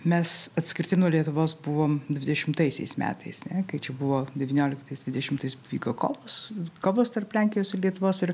mes atskirti nuo lietuvos buvom dvidešimtaisiais metais kai čia buvo devynioliktais dvidešimtais vyko kovos kovos tarp lenkijos ir lietuvos ir